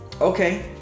Okay